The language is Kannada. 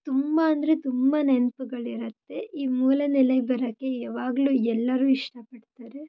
ತುಂಬ ಅಂದರೆ ತುಂಬ ನೆನಪುಗಳಿರತ್ತೆ ಈ ಮೂಲನೆಲೆಗೆ ಬರೋಕ್ಕೆ ಯಾವಾಗಲೂ ಎಲ್ಲರೂ ಇಷ್ಟಪಡ್ತಾರೆ